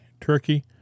turkey